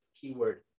keyword